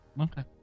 okay